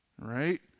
Right